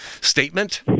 statement